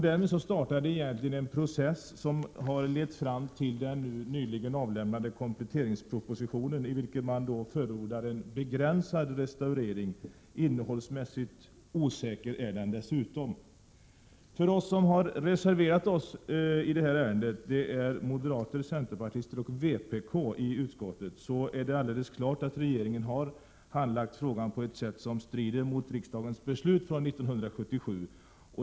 Därmed startade egentligen en process som har lett fram till den nyligen avlämnade kompletteringspropositionen, i vilken regeringen förordar en begränsad restaurering — innehållsmässigt osäker är den dessutom. För oss som har reserverat oss i det här ärendet — moderaternas, centerns och vpk:s representanter i utskottet — är det alldeles klart att regeringen har handlagt frågan på ett sätt som strider mot riksdagens beslut från 1977.